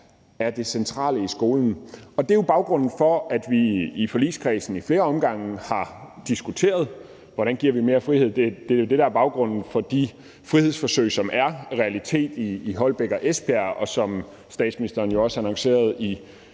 er det centrale i skolen. Det er jo baggrunden for, at vi i forligskredsen ad flere omgange har diskuteret, hvordan vi giver mere frihed. Det er det, der er baggrund for de frihedsforsøg, som er en realitet i Holbæk og Esbjerg, og som statsministeren annoncerede i